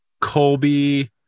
Colby